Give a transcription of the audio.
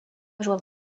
jouant